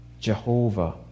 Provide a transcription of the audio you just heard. Jehovah